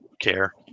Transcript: care